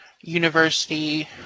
University